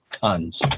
tons